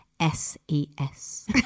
S-E-S